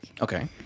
Okay